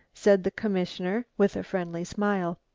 said the commissioner with a friendly smile.